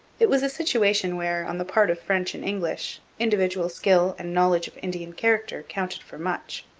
it was a situation where, on the part of french and english, individual skill and knowledge of indian character counted for much.